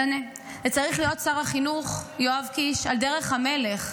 זה צריך להיות, שר החינוך, יואב קיש, על דרך המלך,